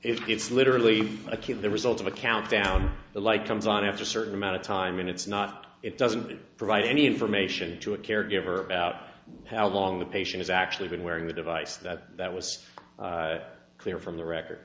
if it's literally acute the result of a countdown the like comes on after a certain amount of time and it's not it doesn't provide any information to a caregiver about how long the patient is actually been wearing the device that that was clear from the record